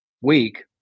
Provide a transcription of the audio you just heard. week